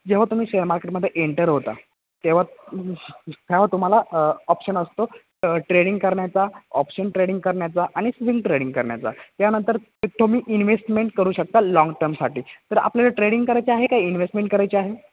जेव्हा तुम्ही शेअर मार्केटमध्ये एंटर होता तेव्हा तेव्हा तुम्हाला ऑप्शन असतो ट ट्रेडिंग करण्याचा ऑप्शन ट्रेडिंग करण्याचा आणि स्विंग ट्रेडिंग करण्याचा त्यानंतर तुम्ही इन्वेस्टमेंट करू शकता लॉन्ग टमसाठी तर आपल्याला ट्रेडिंग करायची आहे का इन्वेस्टमेंट करायचे आहे